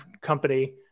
company